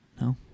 No